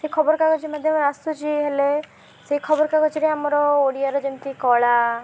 ସେ ଖବର କାଗଜ ମାଧ୍ୟମରେ ଆସୁଛି ହେଲେ ସେ ଖବର କାଗଜରେ ଆମର ଓଡ଼ିଆରେ ଯେମିତି କଳା